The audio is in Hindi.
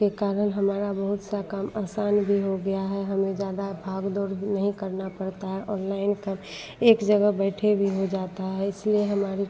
के कारण हमारा बहुत सा काम आसान भी हो गया है हमें ज़्यादा भाग दौड़ नहीं करना पड़ता है ऑनलाइन कम एक जगह बैठे भी हो जाता है इसलिए हमारी